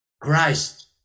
Christ